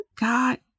God